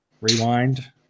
rewind